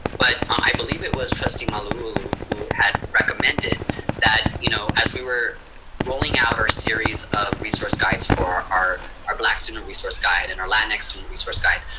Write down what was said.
but um i believe it was trustee malauulu who had recommended that you know as we were rolling out our series of resource guides for our our black student resource guide and our latin x student resource guide,